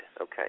Okay